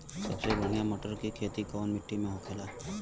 सबसे बढ़ियां मटर की खेती कवन मिट्टी में होखेला?